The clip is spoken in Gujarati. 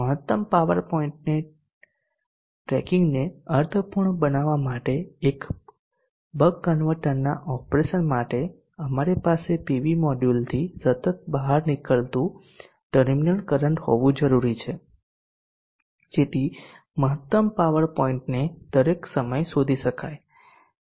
મહત્તમ પાવર પોઇન્ટ ટ્રેકિંગને અર્થપૂર્ણ બનાવવા માટે બક કન્વર્ટરના ઓપરેશન માટે અમારી પાસે પીવી મોડ્યુલથી સતત બહાર નીકળતું ટર્મિનલ કરંટ હોવું જરૂરી છે જેથી મહત્તમ પાવર પોઈન્ટ ને દરેક સમયે શોધી શકાય